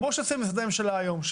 כמו שעושים היום במשרדי ממשלה,